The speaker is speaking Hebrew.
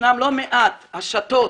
ישנן לא מעט השתות